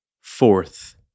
Fourth